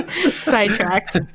Sidetracked